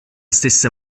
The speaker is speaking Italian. stesse